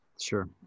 Sure